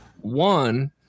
one